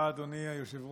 תודה רבה, אדוני היושב-ראש.